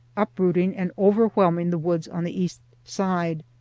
uprooting and overwhelming the woods on the east side.